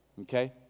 okay